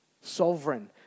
Sovereign